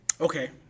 Okay